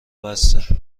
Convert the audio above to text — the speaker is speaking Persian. بسه